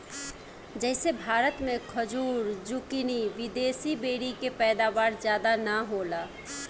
जइसे भारत मे खजूर, जूकीनी, विदेशी बेरी के पैदावार ज्यादा ना होला